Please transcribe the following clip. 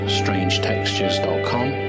strangetextures.com